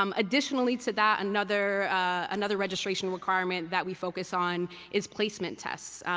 um additionally to that, another another registration requirement that we focus on is placement tests.